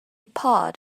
pod